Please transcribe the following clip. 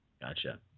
Gotcha